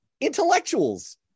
intellectuals